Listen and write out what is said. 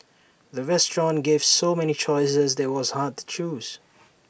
the restaurant gave so many choices that IT was hard to choose